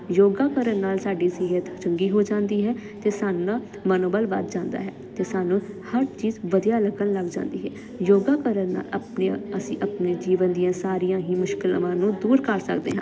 ਯੋਗਾ ਕਰਨ ਨਾਲ ਸਾਡੀ ਸਿਹਤ ਚੰਗੀ ਹੋ ਜਾਂਦੀ ਹੈ ਅਤੇ ਸਾਡਾ ਮਨੋਬਲ ਵੱਧ ਜਾਂਦਾ ਹੈ ਅਤੇ ਸਾਨੂੰ ਹਰ ਚੀਜ਼ ਵਧੀਆ ਲੱਗਣ ਲੱਗ ਜਾਂਦੀ ਹੈ ਯੋਗਾ ਕਰਨ ਨਾਲ ਆਪਣੀ ਅਸੀਂ ਆਪਣੇ ਜੀਵਨ ਦੀਆਂ ਸਾਰੀਆਂ ਹੀ ਮੁਸ਼ਕਿਲਾਂ ਨੂੰ ਦੂਰ ਕਰ ਸਕਦੇ ਹਾਂ